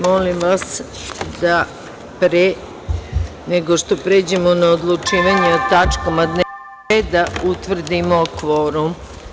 Molim vas da, pre nego što pređemo na odlučivanje o tačkama dnevnog reda, utvrdimo kvorum.